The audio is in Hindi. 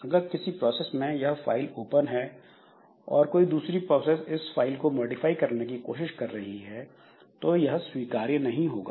अगर किसी प्रोसेस में यह फाइल ओपन है और कोई दूसरी प्रोसेस इस फाइल को मॉडिफाई करने की कोशिश कर रही है तो यह स्वीकार्य नहीं होगा